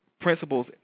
principles